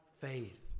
faith